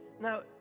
Now